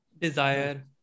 Desire